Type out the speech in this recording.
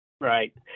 Right